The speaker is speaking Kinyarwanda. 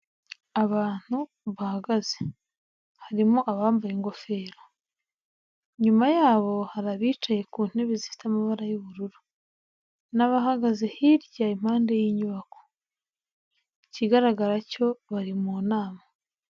Abantu bahagaze. Harimo abambaye ingofero. Nyuma hari abicaye ku ntebe zifite amabara y'ubururu n'abahagaze hirya impande y'inyubako. ikigaragara cyo bari mu nama.